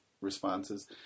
responses